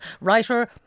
writer